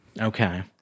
Okay